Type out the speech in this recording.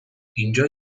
اینجا